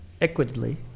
equitably